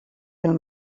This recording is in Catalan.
del